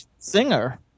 Singer